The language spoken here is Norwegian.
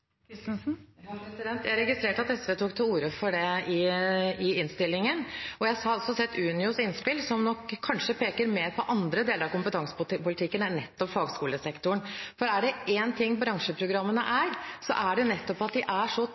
Jeg registrerte at SV tok til orde for det i innstillingen, og jeg har også sett Unios innspill, som nok kanskje peker mer på andre deler av kompetansepolitikken enn nettopp fagskolesektoren. For er det én ting bransjeprogrammene er, er det nettopp at de er så